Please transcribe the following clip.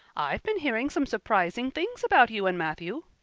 i've been hearing some surprising things about you and matthew.